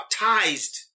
baptized